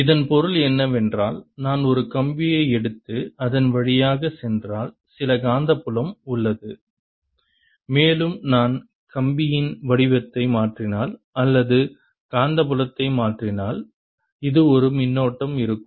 ds இதன் பொருள் என்னவென்றால் நான் ஒரு கம்பியை எடுத்து அதன் வழியாகச் சென்றால் சில காந்தப்புலம் உள்ளது மேலும் நான் கம்பியின் வடிவத்தை மாற்றினால் அல்லது காந்தப்புலத்தை மாற்றினால் இதில் ஒரு மின்னோட்டம் இருக்கும்